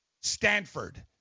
Stanford